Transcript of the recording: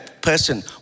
person